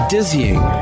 Dizzying